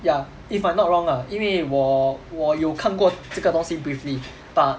ya if I'm not wrong lah 因为我我有看过这个东西 briefly but